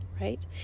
right